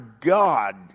God